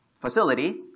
facility